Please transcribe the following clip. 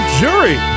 jury